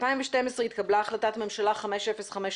ב-2012 התקבלה החלטת ממשלה 5053,